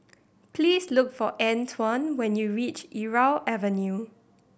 please look for Antoine when you reach Irau Avenue